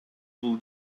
бул